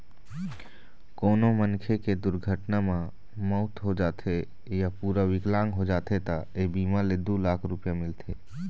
कोनो मनखे के दुरघटना म मउत हो जाथे य पूरा बिकलांग हो जाथे त ए बीमा ले दू लाख रूपिया मिलथे